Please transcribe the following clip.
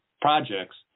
projects